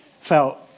felt